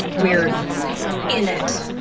we are in it!